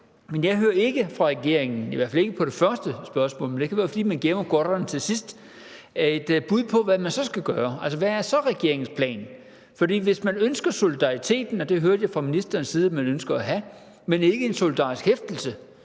Men jeg hører ikke fra regeringen – i hvert fald ikke i svaret på det første spørgsmål, men det kan være, fordi man gemmer godterne til sidst – et bud på, hvad man så skal gøre. Hvad er så regeringens plan? Hvis man ønsker solidariteten, og den hørte jeg fra ministerens side at man ønsker at have, men ikke en solidarisk hæftelse,